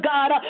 God